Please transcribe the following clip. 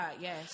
Yes